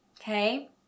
Okay